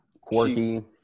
Quirky